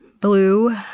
blue